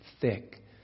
thick